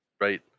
right